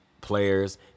players